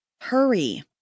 Hurry